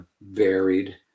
varied